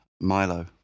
Milo